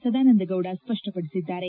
Sadananda Gowda ಸ್ವಷ್ವಪಡಿಸಿದ್ದಾರೆ